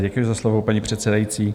Děkuji za slovo, paní předsedající.